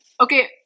okay